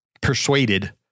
persuaded